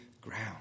ground